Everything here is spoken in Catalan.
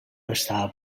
restava